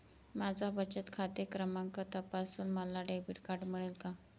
माझा बचत खाते क्रमांक तपासून मला डेबिट कार्ड मिळेल का?